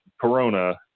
corona